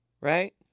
Right